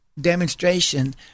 demonstration